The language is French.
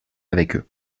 avec